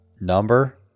number